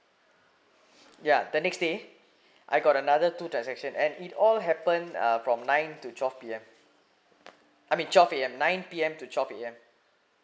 yeah the next day I got another two transaction and it all happened uh from nine to twelve P_M I mean twelve A_M nine P_M to twelve A_M